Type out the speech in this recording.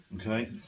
okay